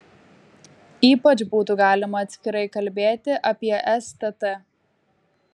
ypač būtų galima atskirai kalbėti apie stt